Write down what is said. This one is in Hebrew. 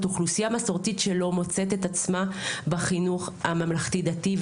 אוכלוסיה מסורתית שלא מוצאת את עצמה בחינוך המסורתי דתי.